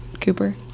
Cooper